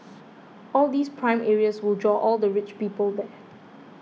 all these prime areas will draw all the rich people there